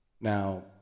Now